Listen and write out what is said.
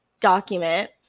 document